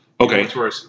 Okay